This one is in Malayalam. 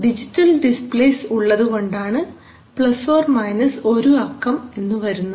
ഡിജിറ്റൽ ഡിസ്പ്ലേസ് ഉള്ളതുകൊണ്ടാണ് ± ഒരു അക്കം എന്നു വരുന്നത്